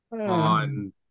on